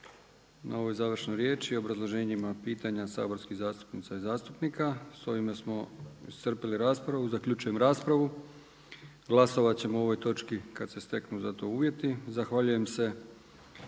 na ovoj završnoj riječi, obrazloženjima, pitanja saborskih zastupnica i zastupnika. S ovime smo zaključili raspravu. Zaključujem raspravu. Glasovat ćemo o ovoj točki kad se steknu za to uvjeti. Zahvaljujem se